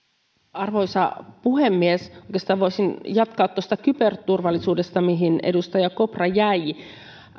arvoisa puhemies oikeastaan voisin jatkaa tuosta kyberturvallisuudesta mihin edustaja kopra jäi